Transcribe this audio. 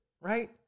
right